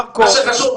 מה שחשוב,